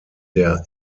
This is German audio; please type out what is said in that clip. der